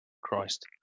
Christ